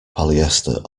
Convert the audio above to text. polyester